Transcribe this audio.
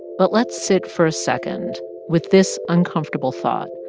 but let's sit for a second with this uncomfortable thought.